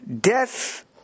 death